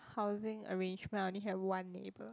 housing arrangement only have one neighbour